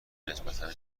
نسبتا